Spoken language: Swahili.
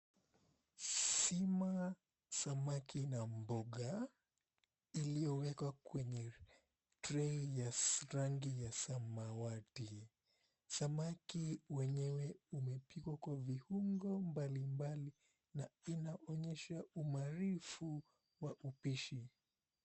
Sima, samaki na mboga iliyowekwa kwenye trei ya rangi ya samawati. Samaki wenyewe umepikwa kwa viungo mbalimbali na inaonyesha umaarifu wa upishi.